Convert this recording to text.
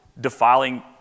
defiling